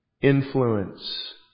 influence